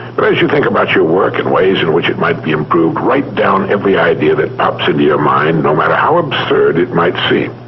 but as you think about your work and ways in which it might be improved, write down every idea that pops into your mind, no matter how absurd it might seem.